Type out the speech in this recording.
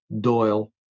Doyle